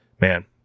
man